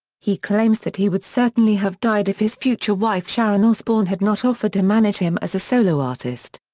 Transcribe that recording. he claims that he would certainly have died if his future wife sharon osbourne had not offered to manage him as a solo artist.